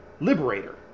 Liberator